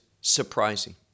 surprising